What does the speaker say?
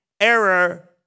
Error